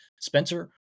Spencer